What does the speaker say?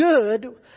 good